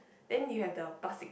then you have the plastic